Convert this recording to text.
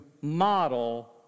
model